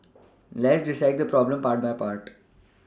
let's dissect this problem part by part